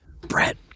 Brett